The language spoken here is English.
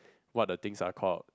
what the things are called